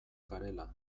garela